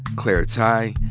claire tighe,